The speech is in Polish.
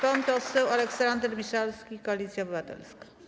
Pan poseł Aleksander Miszalski, Koalicja Obywatelska.